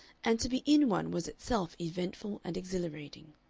and to be in one was itself eventful and exhilarating.